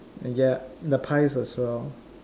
and ya the pies as well